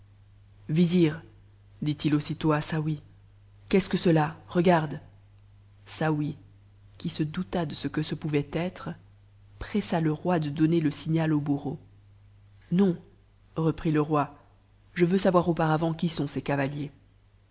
vizir dit-il aussitôt à saouy qu'est-ce que cela regarde saouy qui se douta de ce que ce pouvait être pressa le roi de donner le signal au bourreau non reprit le roi je veux savoir auparavant qui sont ces ca